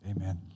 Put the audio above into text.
Amen